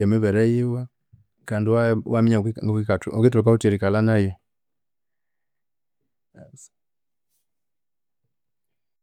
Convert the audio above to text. Emibere yiwe kandi wa iwaminya ngokuyika ngokuwukithoka wuthi erikalha nayu